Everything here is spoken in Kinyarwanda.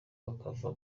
bakava